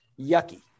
yucky